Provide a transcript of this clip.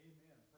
Amen